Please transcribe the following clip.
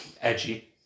Edgy